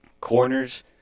corners